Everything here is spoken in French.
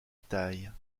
taille